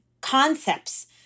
concepts